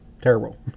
terrible